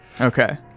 Okay